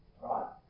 Right